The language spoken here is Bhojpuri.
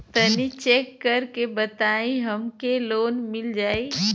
तनि चेक कर के बताई हम के लोन मिल जाई?